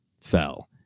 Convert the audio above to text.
fell